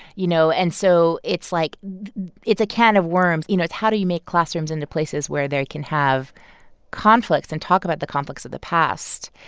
you know, and so it's like it's a can of worms you know, it's how do you make classrooms into places where they can have conflicts and talk about the conflicts of the past,